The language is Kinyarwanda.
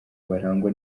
barangwa